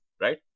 right